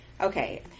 Okay